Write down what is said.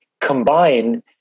combine